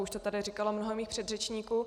Už to tady říkalo mnoho mých předřečníků.